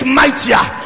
mightier